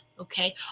okay